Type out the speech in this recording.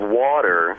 water